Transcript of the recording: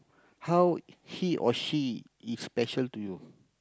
how he or she is special to you